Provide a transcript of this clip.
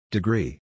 Degree